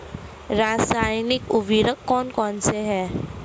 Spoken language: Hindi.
रासायनिक उर्वरक कौन कौनसे हैं?